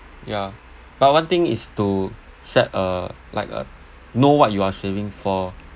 ya but one thing is to set uh like uh know what you are saving for